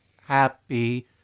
Happy